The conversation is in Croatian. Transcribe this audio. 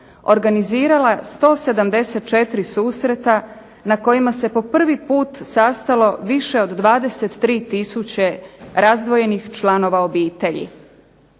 organizirala 174 susreta na kojima se po prvi put sastalo više od 23 tisuće razdvojenih članova obitelji,